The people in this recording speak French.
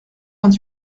vingt